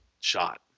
shot